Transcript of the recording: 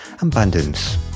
Abundance